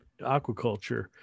aquaculture